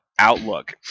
Outlook